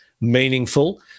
meaningful